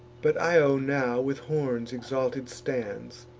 but io now with horns exalted stands,